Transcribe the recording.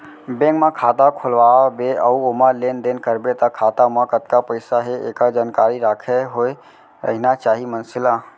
bank म खाता खोलवा बे अउ ओमा लेन देन करबे त खाता म कतका पइसा हे एकर जानकारी राखत होय रहिना चाही मनसे ल